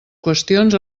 qüestions